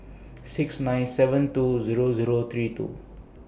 six nine seven two Zero Zero three two